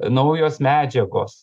naujos medžiagos